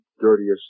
dirtiest